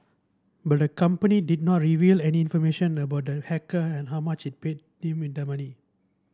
but the company did not reveal any information about the hacker and how much it paid him the money